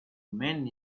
men